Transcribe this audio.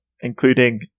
including